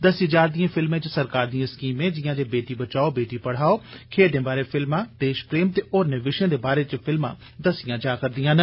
दस्सी जारदिएं फिल्में च सरकार दिए स्कीमें जियां जे बेटी बचाओ बेटी पढ़ाओ खेड्डे बारै फिल्मा देष प्रेम ते होरने विशयें दे बारै च फिल्मा दस्सियां जारदियां न